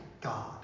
God